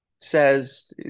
says